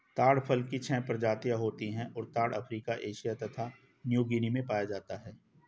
ताड़ फल की छह प्रजातियाँ होती हैं और ताड़ अफ्रीका एशिया तथा न्यूगीनी में पाया जाता है